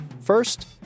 first